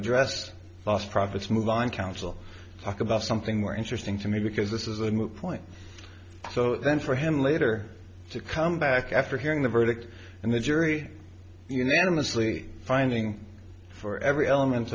addressed lost profits move on counsel talk about something more interesting to me because this is a moot point so then for him later to come back after hearing the verdict and the jury unanimously finding for every element